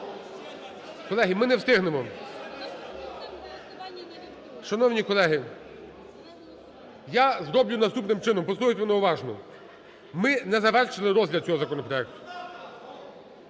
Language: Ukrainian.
Колеги, ми не встигнемо. Шановні колеги, я зроблю наступним чином, послухайте мене уважно. Ми не завершили розгляд цього законопроекту,